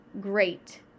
great